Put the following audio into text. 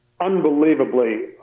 unbelievably